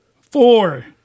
Four